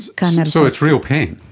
kind of and so it's real pain.